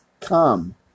come